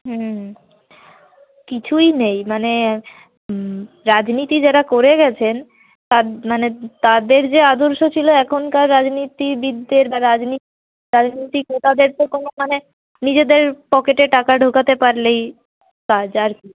হুম কিছুই নেই মানে রাজনীতি যাঁরা করে গিয়েছেন তাঁর মানে তাঁদের যে আদর্শ ছিল এখনকার রাজনীতিবিদদের বা রাজনীত রাজনৈতিক নেতাদের তো কোনো মানে নিজেদের পকেটে টাকা ঢোকাতে পারলেই কাজ আর কি